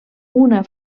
una